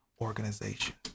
organization